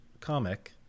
comic